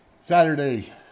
saturday